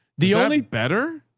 the only better,